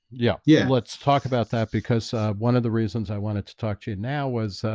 yeah. yeah, let's talk about that because ah one of the reasons i wanted to talk to you now was ah,